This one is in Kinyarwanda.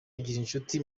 zigirinshuti